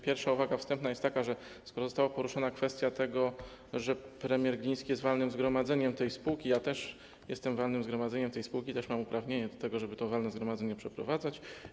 Pierwsza uwaga wstępna jest taka, skoro została poruszona kwestia tego, że premier Gliński jest walnym zgromadzeniem tej spółki, że ja też jestem walnym zgromadzeniem tej spółki, też mam uprawnienie do tego, żeby to walne zgromadzenie przeprowadzać.